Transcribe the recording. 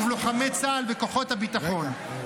בלוחמי צה"ל ובכוחות הביטחון.